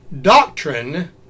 doctrine